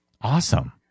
Awesome